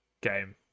game